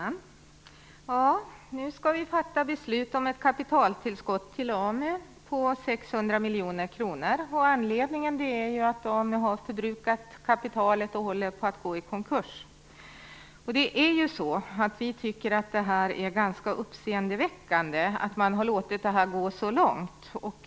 Fru talman! Nu skall vi fatta beslut om ett kapitaltillskott till AMU på 600 miljoner kronor. Anledningen är att AMU har förbrukat kapitalet och håller på att gå i konkurs. Vi tycker att det är ganska uppseendeväckande att man har låtit det här gå så långt.